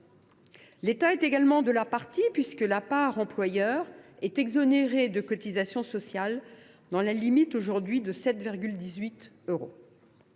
L’État est également de la partie, puisque la part employeur est exonérée de cotisations sociales dans la limite, aujourd’hui, de 7,18 euros.